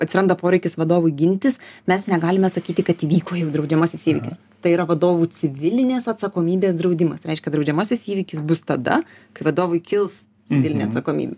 atsiranda poreikis vadovui gintis mes negalime sakyti kad įvyko jau draudžiamasis įvykis tai yra vadovų civilinės atsakomybės draudimas reiškia draudžiamasis įvykis bus tada kai vadovui kils civilinė atsakomybė